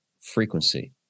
frequency